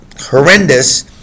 horrendous